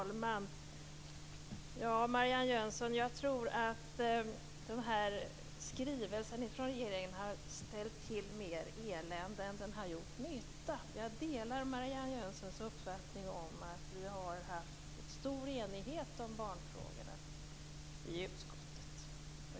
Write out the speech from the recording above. Herr talman! Jag tror att den här skrivelsen från regeringen har ställt till mer elände än den har gjort nytta. Jag delar Marianne Jönssons uppfattning att vi har haft stor enighet om barnfrågorna i utskottet.